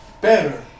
better